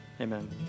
amen